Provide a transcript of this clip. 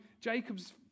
Jacob's